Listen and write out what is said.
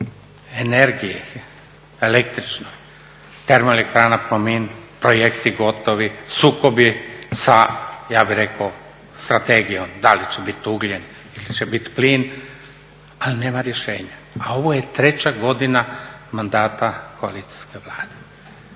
energiji električnoj? Termoelektrana Plomin, projekti gotovi, sukobi sa ja bih rekao strategijom, da li će bit ugljen ili će bit plin ali nema rješenja, a ovo je treća godina mandata koalicijske Vlade.